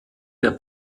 der